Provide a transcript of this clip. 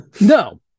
No